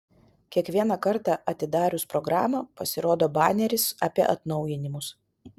kiekvieną kartą atidarius programą pasirodo baneris apie atnaujinimus